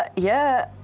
ah yeah,